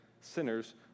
sinners